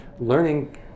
Learning